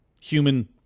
human